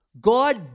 God